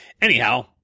Anyhow